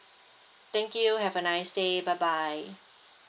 thank you have a nice day bye bye